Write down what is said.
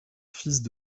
fils